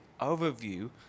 overview